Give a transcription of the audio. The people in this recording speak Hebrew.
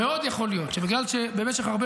מאוד יכול להיות שבגלל שבמשך הרבה